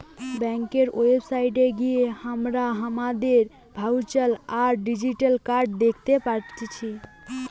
ব্যাংকার website গিয়ে হামরা হামাদের ভার্চুয়াল বা ডিজিটাল কার্ড দ্যাখতে পারতেছি